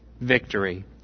victory